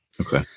Okay